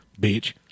Bitch